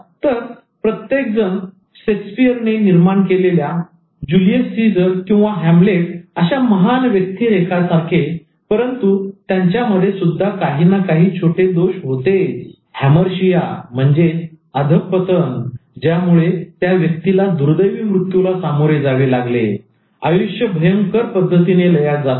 तर प्रत्येक प्रत्येकजण शेक्सपियरने निर्माण केलेल्या जुलियस सीझर किंवा हॅम्लेट अशा महान व्यक्तिरेखा परंतु त्यांच्यामध्ये सुद्धा काहीना काही छोटे दोष होते हमर्सिया अधःपतन ज्यामुळे त्या व्यक्तीला दुर्दैवी मृत्यूला सामोरे जावे लागते आयुष्य भयंकर पद्धतीने लयास जाते